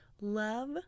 love